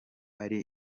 ari